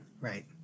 Right